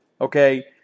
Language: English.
Okay